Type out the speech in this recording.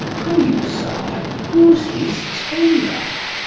pray you, sir, who's his tailor?